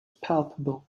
palpable